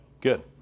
good